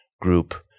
group